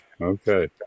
Okay